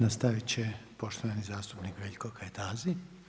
Nastavit će poštovani zastupnik Veljko Kajtazi.